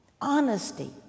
Honesty